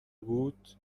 بود